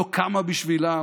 לא קמה בשבילם,